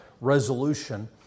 resolution